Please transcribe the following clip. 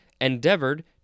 Endeavored